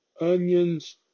onions